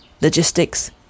Logistics